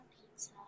pizza